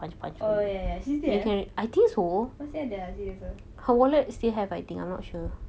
oh ya ya ya seriously ah masih ada ah serious ah